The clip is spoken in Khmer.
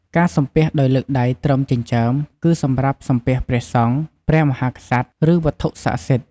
ការសំពះដោយលើកដៃត្រឹមចិញ្ចើម គឺសម្រាប់សំពះព្រះសង្ឃ ព្រះមហាក្សត្រ ឬវត្ថុស័ក្តិសិទ្ធិ។